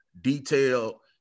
detail